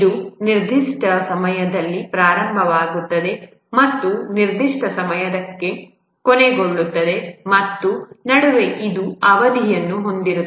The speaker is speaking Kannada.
ಇದು ನಿರ್ದಿಷ್ಟ ಸಮಯದಲ್ಲಿ ಪ್ರಾರಂಭವಾಗುತ್ತದೆ ಮತ್ತು ನಿರ್ದಿಷ್ಟ ಸಮಯಕ್ಕೆ ಕೊನೆಗೊಳ್ಳುತ್ತದೆ ಮತ್ತು ನಡುವೆ ಇದು ಅವಧಿಯನ್ನು ಹೊಂದಿರುತ್ತದೆ